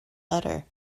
letter